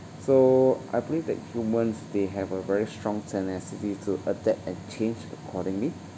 so I believe that humans they have a very strong tenacity to adapt and change accordingly